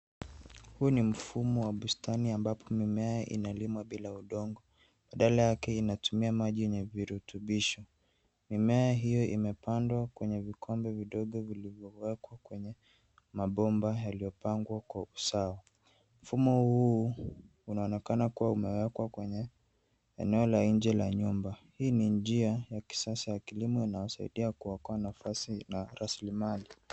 Huu ni mfumo wa bustani ambapo mimea inalimwa bila udongo. Mbele yake inatumia maji yenye virutubisho. Mimea hiyo imepandwa kwenye vikombe vidogo vilivyowekwa kwenye mabomba yaliyopangwa kwa usawa. Mfumo huu unaonekana kuwa umewekwa kwenye eneo la nje la nyumba. Hii ni njia ya kisasa ya kilimo inaosaidia kuokoa nafasi na rasilimali.